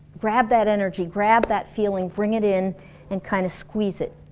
grab that energy, grab that feeling, bring it in and kind of squeeze it